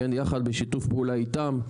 יחד בשיתוף פעולה איתם,